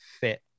fit